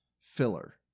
filler